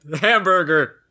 hamburger